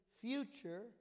future